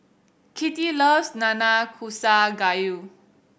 Kitty loves Nanakusa Gayu